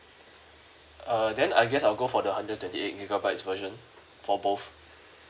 err then I guess I'll go for the hundred twenty eight gigabytes version for both